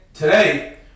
Today